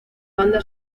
banda